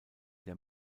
der